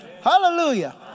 Hallelujah